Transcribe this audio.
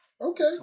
Okay